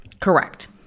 Correct